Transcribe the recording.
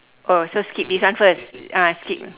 oh so skip this one first ah skip